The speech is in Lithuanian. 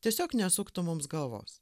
tiesiog nesuktų mums galvos